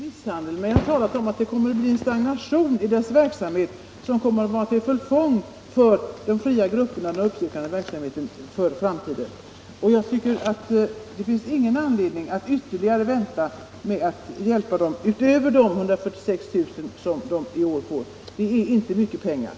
Herr talman! Jag har inte talat om någon misshandel av centrumbildningarna utan om en stagnation i deras verksamhet, som i framtiden kommer att vara till förfång för de fria grupperna med uppsökande verksamhet. Jag tycker att det inte finns någon anledning att vänta med att hjälpa dem utöver vad som sker genom de futtiga 146 000 kr. som i år anslås.